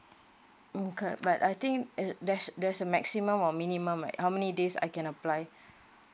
mm correct but I think uh there's there's a maximum or minimum right how many days I can apply